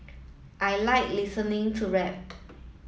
I like listening to rap